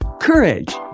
courage